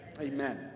Amen